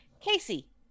Casey